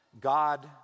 God